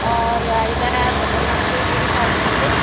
অঁ ল'ৰাকিটা ব্যৱহাৰ পাতিও বহুত ভাল পালোঁ দেই